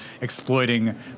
exploiting